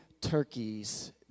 turkeys